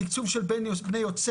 התקצוב של בני יוסף